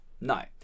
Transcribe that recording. no